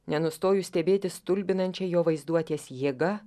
nenustoju stebėtis stulbinančia jo vaizduotės jėga